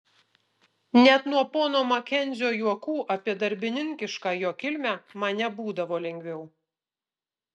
net nuo pono makenzio juokų apie darbininkišką jo kilmę man nebūdavo lengviau